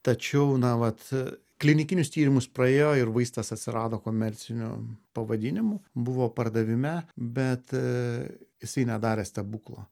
tačiau na vat klinikinius tyrimus praėjo ir vaistas atsirado komerciniu pavadinimu buvo pardavime bet jisai nedarė stebuklų